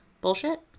bullshit